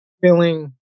feeling